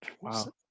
wow